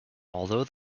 although